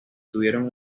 tuvieron